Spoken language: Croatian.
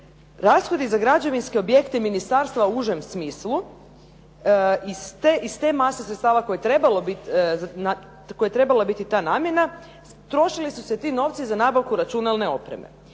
glasovi za građevinske objekte Ministarstva u užem smislu iz te mase sredstava koje je trebalo biti ta namjena, trošili su se ti novci za nabavku računalne opreme.